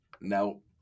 No